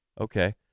okay